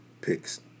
picks